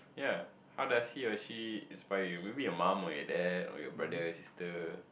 ya how does he or she inspire you maybe your mum or your dad or your brother sister